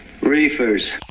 Reefers